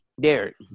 Derek